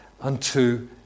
unto